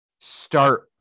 start